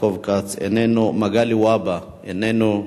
יעקב כץ, איננו, מגלי והבה, איננו,